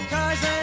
Cause